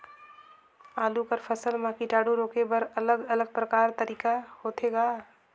आलू कर फसल म कीटाणु रोके बर अलग अलग प्रकार तरीका होथे ग?